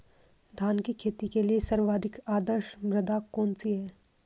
धान की खेती के लिए सर्वाधिक आदर्श मृदा कौन सी है?